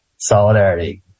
Solidarity